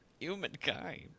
Humankind